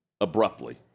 abruptly